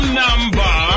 number